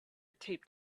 taped